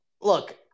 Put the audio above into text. look